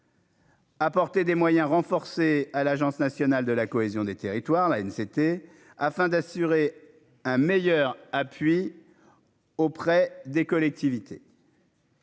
Apporter des moyens renforcés à l'Agence nationale de la cohésion des territoires là une c'était afin d'assurer un meilleur appui auprès des collectivités.